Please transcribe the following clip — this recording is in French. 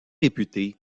réputé